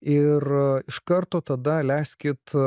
ir iš karto tada leiskit